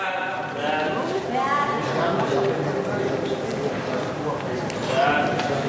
סוף-סוף הממשלה עושה משהו חיובי,